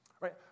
right